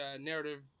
narrative